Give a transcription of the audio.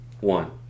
One